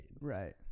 Right